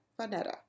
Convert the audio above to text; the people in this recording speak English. Vanetta